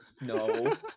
No